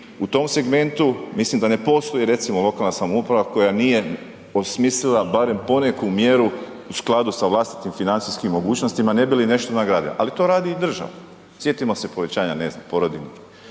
u tom segmentu mislim da ne postoji recimo lokalna samouprava koja nije osmislila barem poneku mjeru u skladu sa vlastitim financijskim mogućnosti ne bi li nešto nagradila ali to radi i država. Sjetimo se povećanja, ne znam, porodiljnih